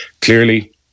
Clearly